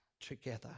together